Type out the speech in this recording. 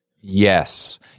Yes